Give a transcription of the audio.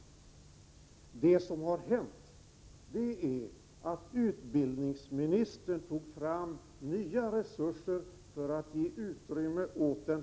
Vad som hänt är att utbildningsministern tog fram nya resurser för att ge utrymme åt skolan.